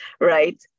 right